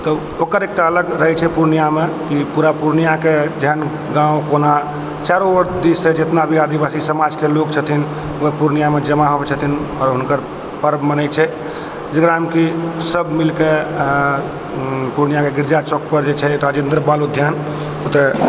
तऽ ओकर एकटा अलग रहै छै पूर्णिया मे की पूरा पूर्णियाके जेहन गाँव कोना चारो आओर दिस सँ जेतना भी आदिवासी समाज के लोग छथिन ओ पूर्णिया मे जमा होइ छथिन आओर हुनकर पर्व मनै छै जेकरा मे की सब मिल कऽ पूर्णिया के गिरजा चौक पर जे छै ताहिके बाद राजेन्द्र बाल उद्यान ओतए